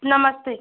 नमस्ते